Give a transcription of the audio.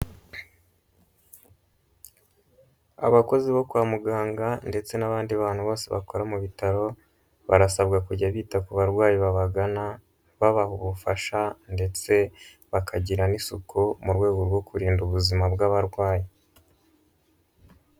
Abakozi bo kwa muganga ndetse n'abandi bantu bose bakora mu bitaro barasabwa kujya bita ku barwayi babagana babaha ubufasha ndetse bakagira n'isuku mu rwego rwo kurinda ubuzima bw'abarwayi.